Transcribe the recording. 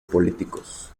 políticos